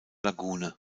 lagune